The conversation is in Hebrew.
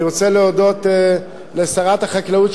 אני רוצה להודות לשרת החקלאות,